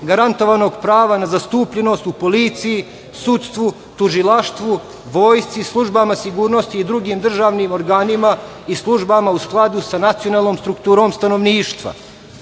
garantovanog prava, nezastupljenost u policiji, sudstvu, tužilaštvu, vojsci, službama sigurnosti i drugim državnim organima i službama u skladu sa nacionalnom strukturom stanovništva.